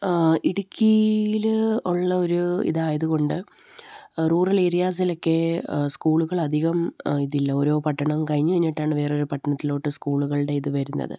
ഇടുക്കിയിലുള്ള ഒരു ഇതായതുകൊണ്ട് റൂറൽ ഏരിയാസിലൊക്കെ സ്കൂളുകൾ അധികം ഇതില്ല ഓരോ പട്ടണം കഴിഞ്ഞ് കഴിഞ്ഞിട്ടാണ് വേറെയൊരു പട്ടണത്തിലേക്ക് സ്കൂളുകളുടെ ഇത് വരുന്നത്